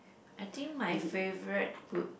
I think my favorite would